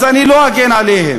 אז אני לא אגן עליהם,